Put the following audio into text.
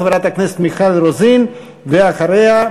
חברת הכנסת מיכל רוזין, ואחריה,